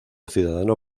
ciudadano